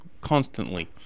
constantly